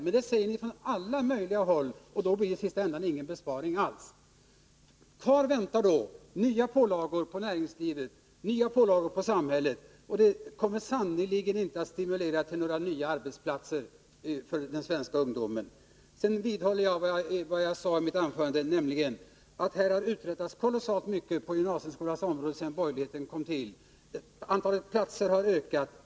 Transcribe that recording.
Men det säger ni i alla möjliga sammanhang, och då blir det i slutändan ingen besparing alls. Vad som då väntar är nya pålagor på näringslivet och samhället. Det kommer sannerligen inte att stimulera till några nya arbetsplatser för den svenska ungdomen. Sedan vidhåller jag vad jag sade i mitt huvudanförande, nämligen att kolossalt mycket har uträttats på gymnasieskolans område sedan borgerligheten kom till makten. Antalet platser har ökat.